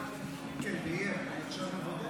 חוק הג'ובים,